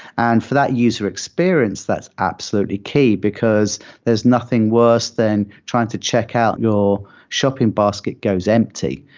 and for that user experience, that's absolutely key, because there's nothing worse than trying to check out your shopping basket goes empty.